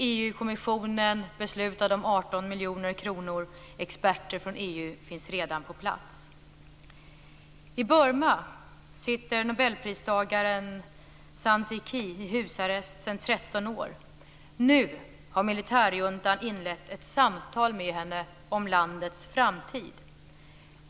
EU kommissionen beslutade om 18 miljoner kronor, experter från EU finns redan på plats. I Burma sitter nobelpristagaren San Suu Kyi i husarrest sedan 13 år. Nu har militärjuntan inlett ett samtal med henne om landets framtid.